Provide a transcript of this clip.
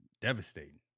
devastating